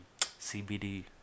CBD